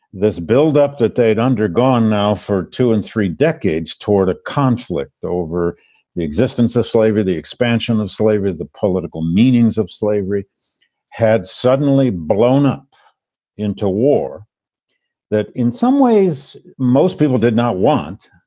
this build up that they'd undergone now for two and three decades toward a conflict over the existence of slavery, the expansion of slavery, the political meanings of slavery had suddenly blown up into war that in some ways most people did not want.